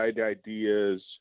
ideas